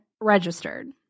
registered